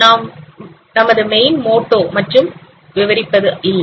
இதில் நாம் main motto மட்டும் விவரிப்பது இல்லை